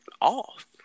off